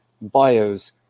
bios